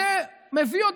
זה מביא אותי,